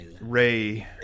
ray